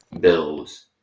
bills